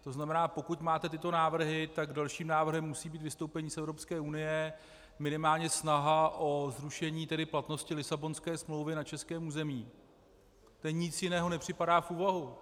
To znamená, pokud máte tyto návrhy, tak dalším návrhem musí být vystoupení z Evropské unie, minimálně snaha o zrušení platnosti Lisabonské smlouvy na českém území, protože nic jiného nepřipadá v úvahu.